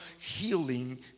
healing